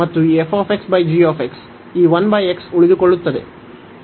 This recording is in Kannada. ಮತ್ತು ಈ f g ಈ 1 x ಉಳಿದುಕೊಳ್ಳುತ್ತದೆ